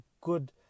good